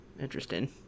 Interesting